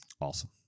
awesome